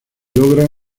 logra